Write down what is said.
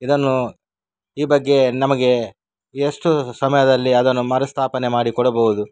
ಇದನ್ನು ಈ ಬಗ್ಗೆ ನಮಗೆ ಎಷ್ಟು ಸಮಯದಲ್ಲಿ ಅದನ್ನು ಮರುಸ್ಥಾಪನೆ ಮಾಡಿಕೊಡಬಹುದು